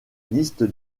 liste